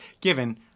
Given